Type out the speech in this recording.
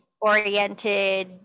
oriented